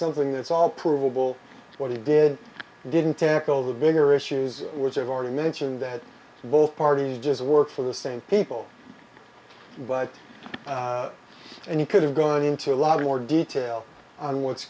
something that's all provable what he did didn't tackle the bigger issues which i've already mentioned that both parties just work for the same people but and you could have gone into a lot more detail on what's